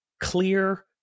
clear